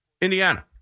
Indiana